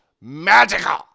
magical